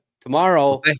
Tomorrow